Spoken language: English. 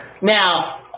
Now